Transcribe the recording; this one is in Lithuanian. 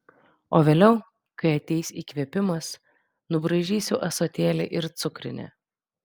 o vėliau kai ateis įkvėpimas nubraižysiu ąsotėlį ir cukrinę